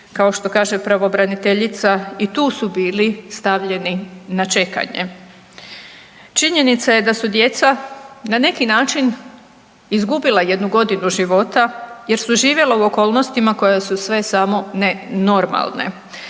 kao što kaže pravobraniteljica i tu su bili stavljeni na čekanje. Činjenica je da su djeca na neki način izgubila jednu godinu života jer su živjela u okolnostima koja su sve samo ne normalne.